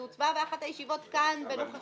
זה הוצבע באחת הישיבות האחרונות כאן בנוכחותכם.